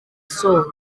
sohoka